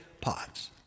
pots